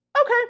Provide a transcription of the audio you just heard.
okay